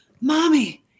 mommy